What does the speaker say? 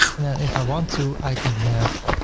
and then if i want to, i can have